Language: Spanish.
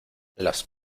las